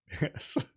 Yes